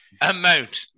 amount